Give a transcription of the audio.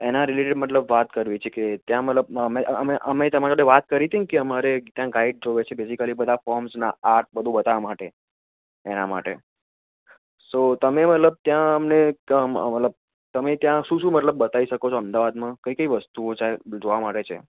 એના રિલેટેડ મતલબ વાત કરવી છે કે ત્યાં મતલબ અમે તમારા જોડે વાત કરી હતી ને કે અમારે એક ત્યાં ગાઈડ જોઈએ છે બેઝિકલી બધા ફોમ્સનાં આર્ટ બધું બતાવવા માટે એના માટે સો તમે મતલબ ત્યાં અમને મતલબ તમે ત્યાં શું શું મતલબ બતાવી શકો છો અમદાવાદમાં કઈ કઈ વસ્તુઓ સાહેબ જોવા માટે છે